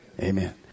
Amen